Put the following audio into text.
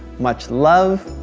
much love.